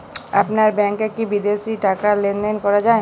আপনার ব্যাংকে কী বিদেশিও টাকা লেনদেন করা যায়?